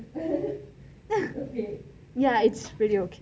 ya it is pretty okay